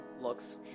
looks